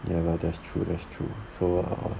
ya lah that's true that's true so err